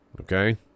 Okay